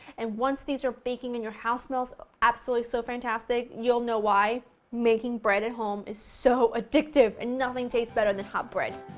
and once these are baking and your house smells so absolutely so fantastic, you'll know why making bread at home is so addictive! and nothing tastes better than hot bread.